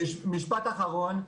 משפט אחרון.